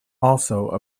also